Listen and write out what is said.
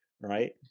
right